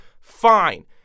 Fine